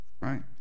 right